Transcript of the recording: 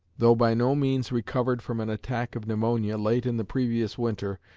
though by no means recovered from an attack of pneumonia late in the previous winter,